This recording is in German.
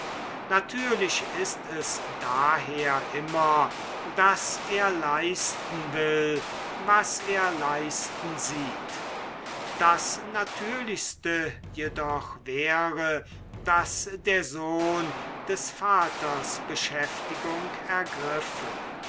natürlich ist es daher immer daß er leisten will was er leisten sieht das natürlichste jedoch wäre daß der sohn des vaters beschäftigung ergriffe